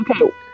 Okay